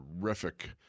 terrific